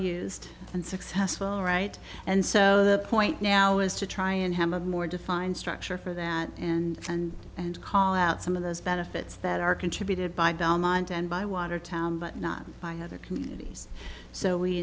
used and successful right and so the point now is to try and have a more defined structure for that and and and call out some of those benefits that are contributed by belmont and by watertown but not by other communities so we